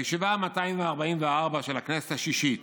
הישיבה המאתיים-וארבעים-וארבע של הכנסת השישית,